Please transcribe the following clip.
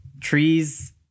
trees